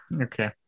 Okay